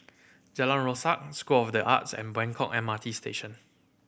Jalan Rasok School of The Arts and Buangkok M R T Station